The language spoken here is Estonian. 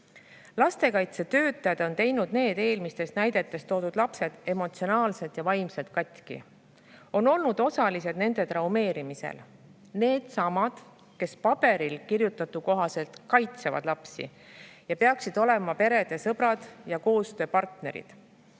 lastekaitsetöötajad on teinud need eelmistes näidetes toodud lapsed emotsionaalselt ja vaimselt katki, on olnud osalised laste traumeerimisel – needsamad [ametnikud], kes paberil kirjutatu kohaselt kaitsevad lapsi ja peaksid olema perede sõbrad ja koostööpartnerid.